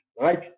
right